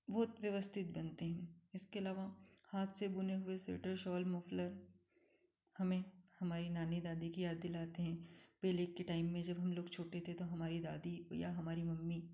बहुत व्यवस्थित बनते हैं इसके अलावा हाथ से बुने हुए स्वेटर शॉल मोफ़लर हमें हमारी नानी दादी की याद दिलाते हैं पहले के टाइम में जब हम लोग छोटे थे तो हमारी दादी या हमारी मम्मी